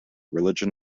religion